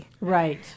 Right